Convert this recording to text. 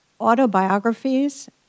autobiographies